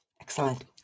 Excellent